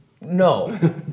no